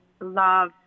love